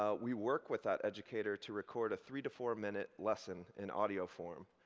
ah we work with that educator to record a three to four-minute lesson in audio form.